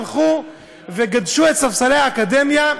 הלכו וגדשו את ספסלי האקדמיה,